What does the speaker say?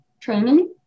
training